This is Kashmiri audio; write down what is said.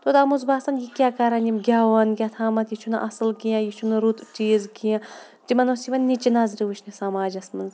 توٚتام اوس باسان یہِ کیٛاہ کَران یِم گٮ۪وان کینٛہہ تامَتھ یہِ چھُنہٕ اَصٕل کینٛہہ یہِ چھُنہٕ رُت چیٖز کینٛہہ تِمَن اوس یِوان نِچہِ نظرِ وٕچھنہٕ سماجَس منٛز